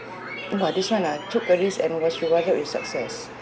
!wah! this [one] ah took a risk and was rewarded with success